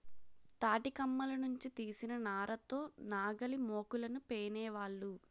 తాటికమ్మల నుంచి తీసిన నార తో నాగలిమోకులను పేనేవాళ్ళు